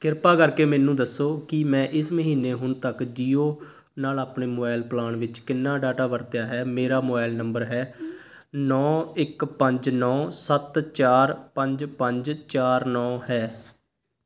ਕ੍ਰਿਪਾ ਕਰਕੇ ਮੈਨੂੰ ਦੱਸੋ ਕਿ ਮੈਂ ਇਸ ਮਹੀਨੇ ਹੁਣ ਤੱਕ ਜੀਓ ਨਾਲ ਆਪਣੇ ਮੋਬਾਈਲ ਪਲਾਨ ਵਿੱਚ ਕਿੰਨਾ ਡਾਟਾ ਵਰਤਿਆ ਹੈ ਮੇਰਾ ਮੋਬਾਈਲ ਨੰਬਰ ਹੈ ਨੌਂ ਇੱਕ ਪੰਜ ਨੌਂ ਸੱਤ ਚਾਰ ਪੰਜ ਪੰਜ ਚਾਰ ਨੌਂ ਹੈ